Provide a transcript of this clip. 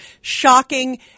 shocking